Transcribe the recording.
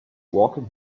walking